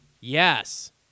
Yes